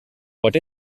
what